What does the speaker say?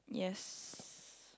yes